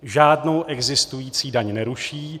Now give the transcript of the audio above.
Žádnou existující daň neruší.